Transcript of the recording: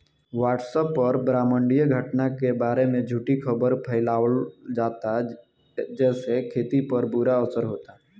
WhatsApp पर ब्रह्माण्डीय घटना के बारे में झूठी खबर फैलावल जाता जेसे खेती पर बुरा असर होता